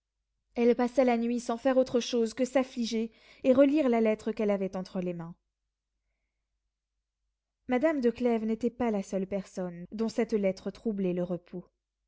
elle passa la nuit sans faire autre chose que s'affliger et relire la lettre qu'elle avait entre les mains madame de clèves n'était pas la seule personne dont cette lettre troublait le repos